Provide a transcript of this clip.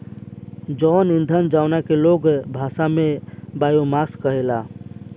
जैव ईंधन जवना के आम भाषा में लोग बायोमास कहेला